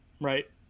right